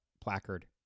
placard